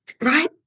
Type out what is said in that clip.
Right